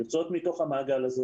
יוצאות מתוך המעגל הזה,